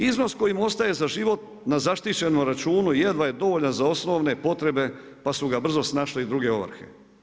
Iznos koji mu ostaje za život na zaštićenom računu jedva je dovoljan za osnovne potrebe, pa su ga brzo snašle i druge ovrhe.